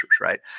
right